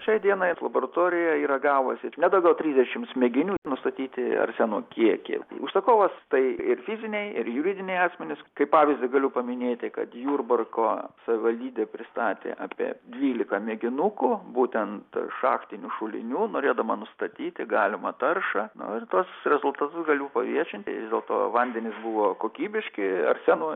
šiai dienai laboratorija yra gavusi ne daugiau trisdešimt mėginių nustatyti arseno kiekį užsakovas tai ir fiziniai ir juridiniai asmenys kaip pavyzdį galiu paminėti kad jurbarko savivaldybė pristatė apie dvylika mėginukų būtent šachtinių šulinių norėdama nustatyti galimą taršą na ir tuos rezultatus galiu paviešinti vis dėlto vandenys buvo kokybiški arseno